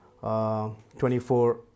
24